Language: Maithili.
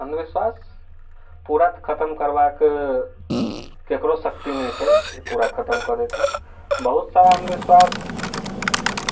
अन्धविश्वास पूरा खतम करबाक केकरो शक्ति नहि छै जे पूरा खतम कऽ देथिन बहुत सारा अन्धविश्वास